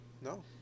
No